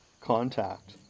contact